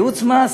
ייעוץ מס